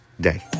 day